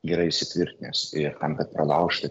gerai įsitvirtinęs ir tam kad pralaužti